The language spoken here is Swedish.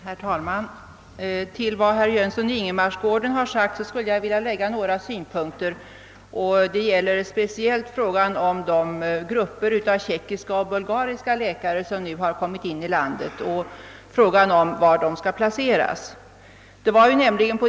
Herr talman! Till vad herr Jönsson i Ingemarsgården har sagt skulle jag vilja lägga några synpunkter. Det gäller speciellt frågan om de grupper av tjeckiska och bulgariska läkare som nu kommit in i landet och var dessa skall placeras.